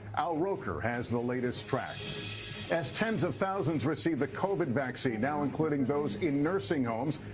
al roker has the latest track as tens of thousands receive the covid vaccine no including those in nursing homes,